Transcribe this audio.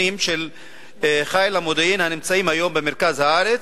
של חיל המודיעין הנמצאים היום במרכז הארץ,